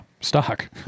stock